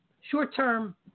short-term